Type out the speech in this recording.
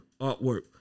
Artwork